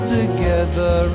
Together